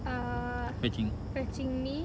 err fetching me